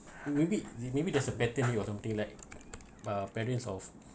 maybe the maybe the sebatery or something like uh parents of